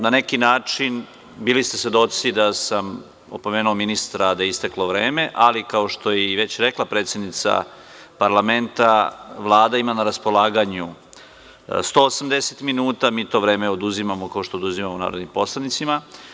Na neki način, bili ste svedoci da sam opomenuo ministra da je isteklo vreme, ali kao što je i već rekla predsednica parlamenta, Vlada ima na raspolaganju 180 minuta, mi to vreme oduzimamo, kao što oduzimamo narodnim poslanicima.